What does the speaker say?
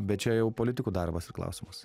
bet čia jau politikų darbas ir klausimas